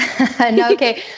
okay